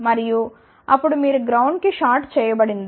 మరియు అప్పుడు మీరు గ్రౌండ్కి షార్ట్ చేయబడినది